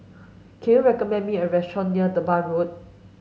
can you recommend me a restaurant near Durban Road